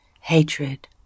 hatred